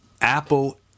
Apple